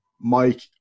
Mike